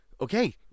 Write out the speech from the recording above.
Okay